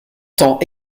tend